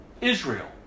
Israel